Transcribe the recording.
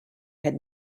had